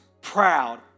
proud